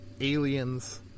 aliens